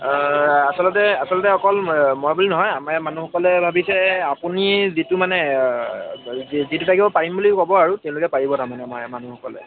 আচলতে আচলতে অকল মই বুলি নহয় আমাৰ ইয়াৰ মানুহসকলে ভাবিছে আপুনি যিটো মানে যিটো থাকিব পাৰিম বুলি ক'ব আৰু তেওঁলোকে পাৰিব তাৰমানে আমাৰ মানুহসকলে